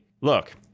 look